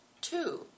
two